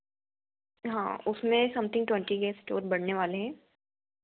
हाँ उसमें something twenty guest और बढ़ने वाले हैं